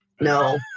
No